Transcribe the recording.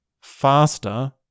faster